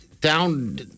Down